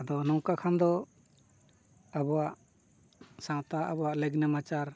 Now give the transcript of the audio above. ᱟᱫᱚ ᱱᱚᱝᱠᱟ ᱠᱷᱟᱱ ᱫᱚ ᱟᱵᱚᱣᱟᱜ ᱥᱟᱶᱛᱟ ᱟᱵᱚᱣᱟᱜ ᱞᱮᱜᱽᱼᱱᱮᱢᱟᱪᱟᱨ